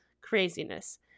Craziness